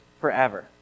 forever